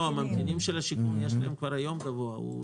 לממתינים של הדיור הציבורי יש כבר היום סכום גבוה.